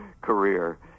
career